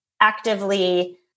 actively